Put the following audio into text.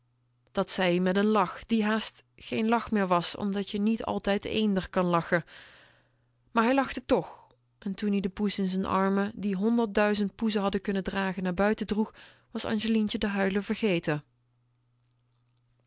dat zei ie met n lach die haast geen lach meer was omdat je niet altijd eender kan lachen maar hij lachte toch en toen-ie de poes in z'n armen die honderdduizend poesen hadden kunnen dragen naar buiten droeg was angelientje r huilen vergeten